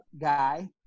guy